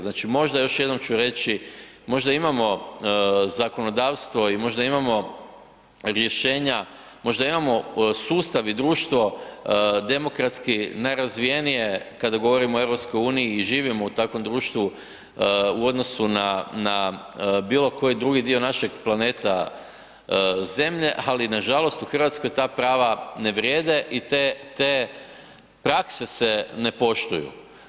Znači, možda još jednom ću reći, možda imamo zakonodavstvo i možda imamo rješenja, možda imamo sustav i društvo demokratski najrazvijenije kada govorimo o EU i živimo u takvom društvu u odnosu na, na bilo koji drugi dio našeg planeta zemlje, ali nažalost u Hrvatskoj ta prava ne vrijede i te prakse se ne poštuju.